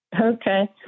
Okay